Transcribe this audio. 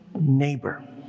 neighbor